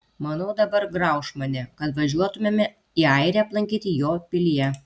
manau dabar grauš mane kad važiuotumėme į airiją aplankyti jo pilyje